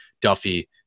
Duffy